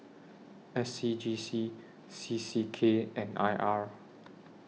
S C G C C C K and I R